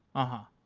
aha.